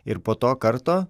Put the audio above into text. ir po to karto